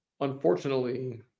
Unfortunately